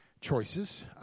choices